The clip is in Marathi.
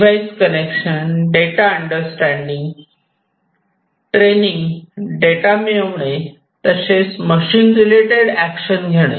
device connection data understanding training data मिळवणे तसेच मशीन रिलेटेड एक्शन घेणे